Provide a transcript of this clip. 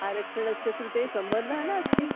आरक्षणस्य कृते सम्मर्दः नास्ति